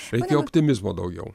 šiaip jau optimizmo daugiau